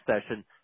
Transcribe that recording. session